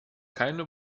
keine